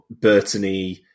Burton-y